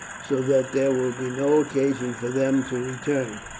so that there will be no occasion for them to return.